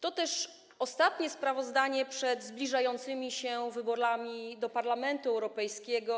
To jest też ostatnie sprawozdanie przed zbliżającymi się wyborami do Parlamentu Europejskiego.